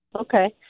Okay